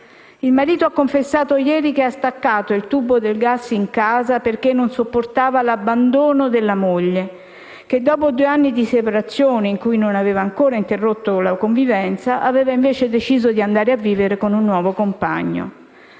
Il marito ha confessato ieri che ha staccato il tubo del gas in casa perché non sopportava l'abbandono della moglie che, dopo due anni di separazione, in cui non aveva ancora interrotto la convivenza, aveva deciso di andare a vivere con un nuovo compagno.